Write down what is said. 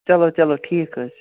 چلو چلو ٹھیٖک حظ چھُ